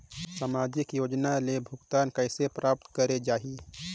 समाजिक योजना ले भुगतान कइसे प्राप्त करे जाहि?